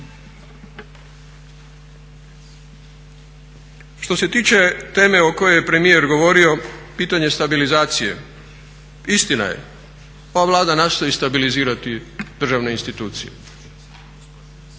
Što se tiče teme o kojoj je premijer govorio, pitanje stabilizacije, istina je ova Vlada nastoji stabilizirati državne institucije,